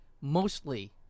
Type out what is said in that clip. mostly